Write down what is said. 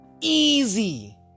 Easy